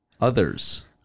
others